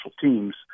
teams